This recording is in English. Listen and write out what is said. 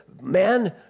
Man